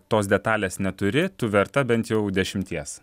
tos detalės neturi tu verta bent jau dešimties